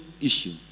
issue